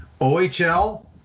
OHL